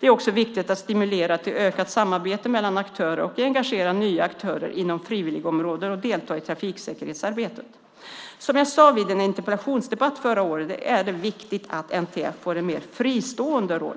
Det är också viktigt att stimulera till ökat samarbete mellan aktörer och engagera nya aktörer inom frivilligområdet att delta i trafiksäkerhetsarbetet. Som jag sade vid en interpellationsdebatt förra året är det är viktigt att NTF får en mer fristående roll.